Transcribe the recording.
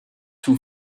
two